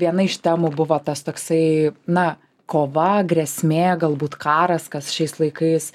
viena iš temų buvo tas toksai na kova grėsmė galbūt karas kas šiais laikais